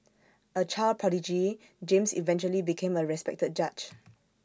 A child prodigy James eventually became A respected judge